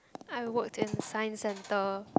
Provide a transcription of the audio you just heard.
I worked in the science centre